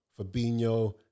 Fabinho